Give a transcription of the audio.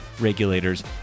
regulators